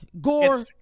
Gore